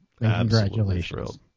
Congratulations